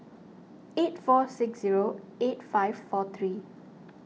eight four six zero eight five four three